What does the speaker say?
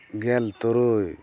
ᱜᱮᱞ ᱛᱩᱨᱩᱭ